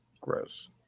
gross